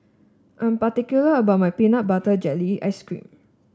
I'm particular about my Peanut Butter Jelly Ice cream